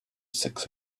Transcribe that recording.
six